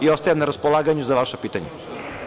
Ostajem na raspolaganju za vaša pitanja.